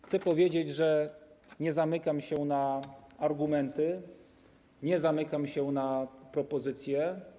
Chcę powiedzieć, że nie zamykam się na argumenty, nie zamykam się na propozycje.